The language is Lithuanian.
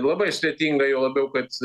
labai sudėtinga juo labiau kad